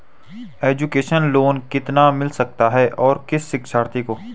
Education loan कितना मिल सकता है और किस शिक्षार्थी को?